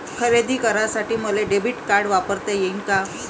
खरेदी करासाठी मले डेबिट कार्ड वापरता येईन का?